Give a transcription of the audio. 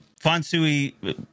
Fonsui